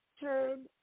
Turn